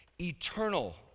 eternal